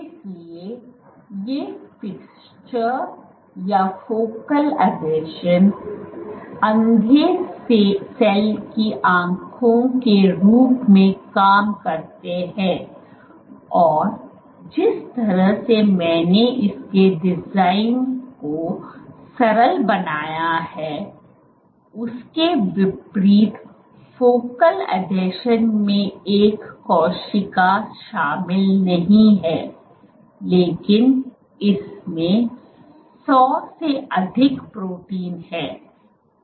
इसलिए ये पिक्चर या फोकल आसंजन अंधे सेल की आंखों के रूप में काम करते हैं और जिस तरह से मैंने इसके डिजाइन को सरल बनाया है उसके विपरीत फोकल आसंजन में एक कोशिका शामिल नहीं है लेकिन इसमें 100 से अधिक प्रोटीन हैं